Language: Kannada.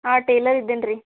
ಹಾಂ ಟೇಲರ್ ಇದ್ದೀನಿ ರೀ